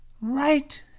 Right